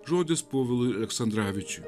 žodis povilui aleksandravičiui